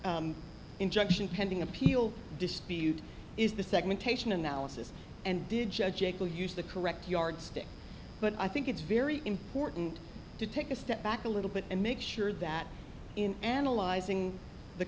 injunction pending appeal dispute is the segmentation analysis and did judge eckels use the correct yardstick but i think it's very important to take a step back a little bit and make sure that in analyzing the